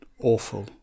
awful